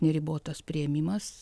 neribotas priėmimas